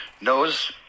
knows